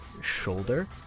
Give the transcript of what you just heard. shoulder